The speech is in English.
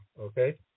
okay